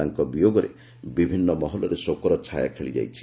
ତାଙ୍କ ବିୟୋଗରେ ବିଭିନ୍ନ ମହଲରେ ଶୋକର ଛାୟା ଖେଳିଯାଇଛି